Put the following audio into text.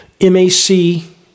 M-A-C